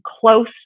close